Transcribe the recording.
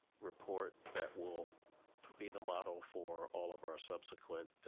report that will be the model for all of our subsequent